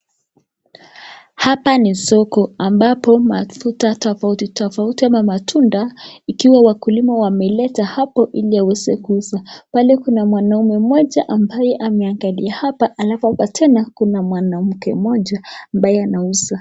Hapa ni soko ambapo mafuta tofauti tofauti ama matunda ikiwa wakulima wameleta hapo iliaweze kuuza. Pale kuna mwanaume moja ambaye ameangalia hapa, alafu hapa tena kuna mwanamke moja ambaye anauza.